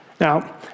Now